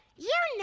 yeah,